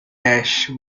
ash